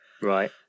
Right